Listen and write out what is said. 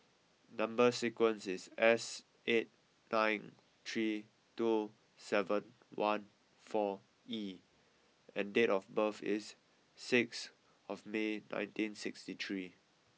number sequence is S eight nine three two seven one four E and date of birth is sixth of May nineteen sixty three